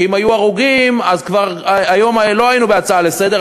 כי אם היו הרוגים אז היום כבר לא היינו בהצעה לסדר,